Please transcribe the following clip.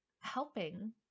helping